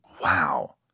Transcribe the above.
Wow